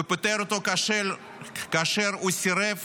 הוא פיטר אותו כאשר הוא סירב